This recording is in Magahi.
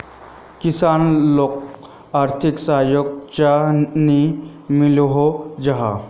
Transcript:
किसान लोगोक आर्थिक सहयोग चाँ नी मिलोहो जाहा?